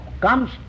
comes